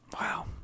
Wow